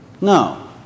No